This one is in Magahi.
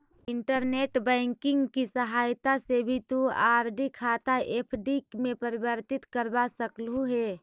इंटरनेट बैंकिंग की सहायता से भी तु आर.डी खाता एफ.डी में परिवर्तित करवा सकलू हे